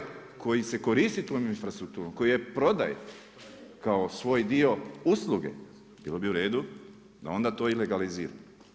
I onaj koji se koristi tom infrastrukturom, koji je prodaje kao svoj dio usluge, bilo bi u redu da onda to i legalizira.